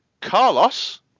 Carlos